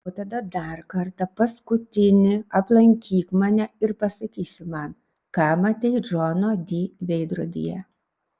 o tada dar kartą paskutinį aplankyk mane ir pasakysi man ką matei džono di veidrodyje